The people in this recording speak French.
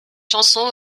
chanson